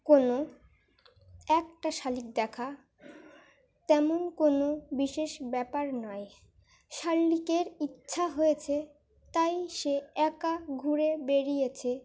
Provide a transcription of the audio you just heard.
কোনো একটা শালিক দেখা তেমন কোনো বিশেষ ব্যাপার নয় শাললিকের ইচ্ছা হয়েছে তাই সে একা ঘুরে বেরিয়েছে